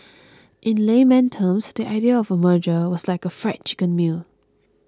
in Layman terms the idea of merger was like a Fried Chicken meal